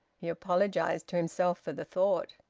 he apologised to himself for the thought.